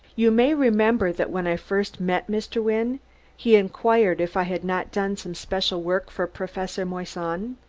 you may remember that when i first met mr. wynne he inquired if i had not done some special work for professor moissan.